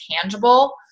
tangible